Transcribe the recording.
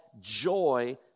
joy